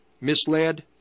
misled